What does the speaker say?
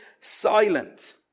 silent